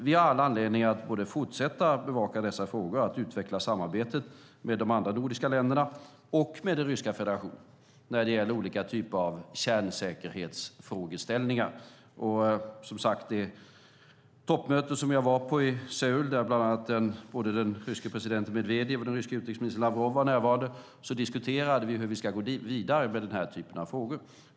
Vi har all anledning att fortsätta bevaka frågorna samt utveckla samarbetet med de andra nordiska länderna och med Ryska federationen när det gäller olika typer av frågor om kärnsäkerhet. Vid det toppmöte jag deltog i i Seoul, där bland annat ryske presidenten Medvedev och ryske utrikesministern Lavrov närvarade, diskuterade vi hur vi ska gå vidare med den typen av frågor.